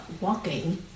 walking